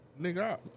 Nigga